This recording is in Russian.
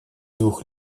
двух